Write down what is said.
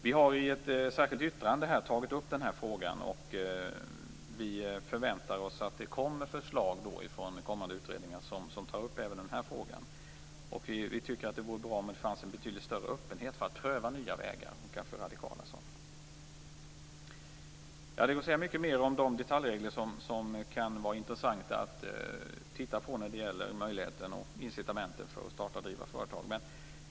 Vi har i ett särskilt yttrande tagit upp den här frågan, och vi förväntar oss att det kommer förslag från kommande utredningar där även den här frågan tas upp. Vi tror att det vore bra med en betydligt större öppenhet för att pröva nya och kanske radikala vägar. Det går att säga mycket mer om de detaljregler som det kan vara intressant att titta närmare på när det gäller incitamenten till och möjligheterna för att starta och driva företag.